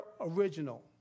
original